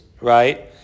right